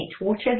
Water